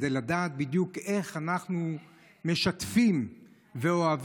כדי לדעת בדיוק איך אנחנו משתפים ואוהבים,